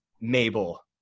Mabel